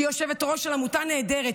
שהיא יושבת-ראש של עמותה נהדרת,